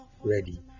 ready